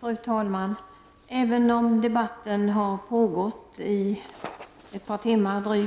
Fru talman! Även om debatten har pågått i ett par timmar